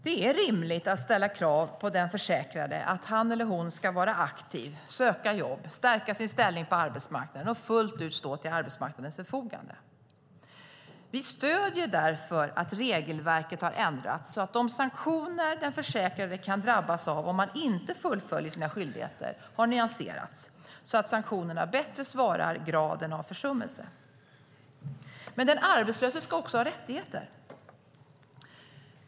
Det är rimligt att ställa krav på den försäkrade att han eller hon ska vara aktiv, söka jobb, stärka sin ställning på arbetsmarknaden och fullt ut stå till arbetsmarknadens förfogande. Vi stöder därför att regelverket har ändrats så att de sanktioner som den försäkrade kan drabbas av om man inte fullföljer sina skyldigheter har nyanserats, så att sanktionerna bättre svarar mot graden av försummelse. Men den arbetslöse ska också ha rättigheter.